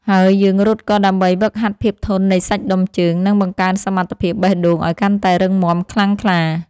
ហើយយើងរត់ក៏ដើម្បីហ្វឹកហាត់ភាពធន់នៃសាច់ដុំជើង និងបង្កើនសមត្ថភាពបេះដូងឱ្យកាន់តែរឹងមាំខ្លាំងក្លា។